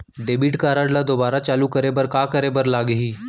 Debit card ला दोबारा चालू करे बर का करे बर लागही?